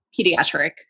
pediatric